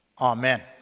Amen